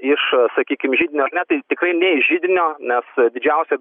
iš sakykim židinio ar ne tai tikrai ne iš židinio nes didžiausia